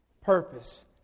purpose